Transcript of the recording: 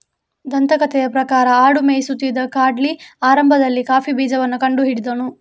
ದಂತಕಥೆಯ ಪ್ರಕಾರ ಆಡು ಮೇಯಿಸುತ್ತಿದ್ದ ಕಾಲ್ಡಿ ಆರಂಭದಲ್ಲಿ ಕಾಫಿ ಬೀಜವನ್ನ ಕಂಡು ಹಿಡಿದನು